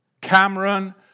Cameron